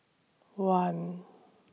one